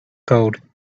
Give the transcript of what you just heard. gold